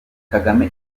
kagame